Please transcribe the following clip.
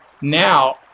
Now